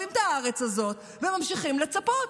שאוהבים את הארץ הזאת וממשיכים לצפות.